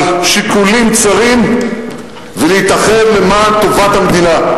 שיקולים צרים ולהתאחד למען טובת המדינה.